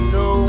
no